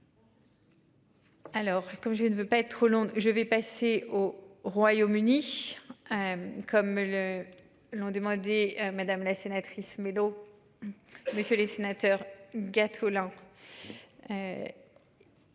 Alors comme je ne veux pas être trop long, je vais passer au Royaume-Uni. Comme le l'demandé madame la sénatrice Mélo. Messieurs les sénateurs gâteau